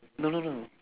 no no no